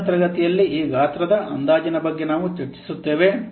ಆದ್ದರಿಂದ ಮುಂದಿನ ತರಗತಿಯಲ್ಲಿ ಈ ಗಾತ್ರದ ಅಂದಾಜಿನ ಬಗ್ಗೆ ನಾವು ಚರ್ಚಿಸುತ್ತೇವೆ